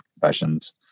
confessions